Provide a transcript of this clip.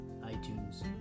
iTunes